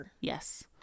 Yes